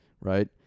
right